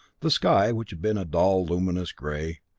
the sky, which had been a dull luminous gray,